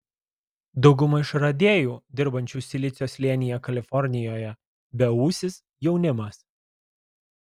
dauguma išradėjų dirbančių silicio slėnyje kalifornijoje beūsis jaunimas